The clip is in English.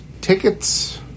tickets